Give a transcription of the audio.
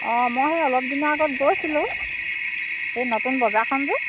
অঁ মই এই অলপ দিনৰ আগত গৈছিলোঁ এই নতুন বজাৰখন যে